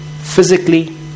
physically